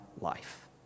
life